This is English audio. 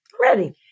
Ready